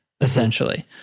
essentially